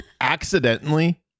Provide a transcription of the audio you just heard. Accidentally